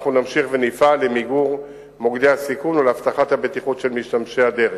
אנחנו נמשיך ונפעל למיגור מוקדי הסיכון ולהבטחת הבטיחות של משתמשי הדרך.